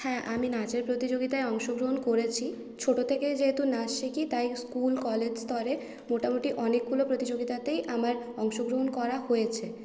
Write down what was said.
হ্যাঁ আমি নাচের প্রতিযোগিতায় অংশগ্রহণ করেছি ছোটো থেকেই যেহেতু নাচ শিখি তাই স্কুল কলেজ স্তরে মোটামুটি অনেকগুলো প্রতিযোগিতাতেই আমার অংশগ্রহণ করা হয়েছে